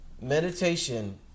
meditation